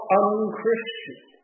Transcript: unchristian